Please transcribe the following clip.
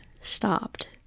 stopped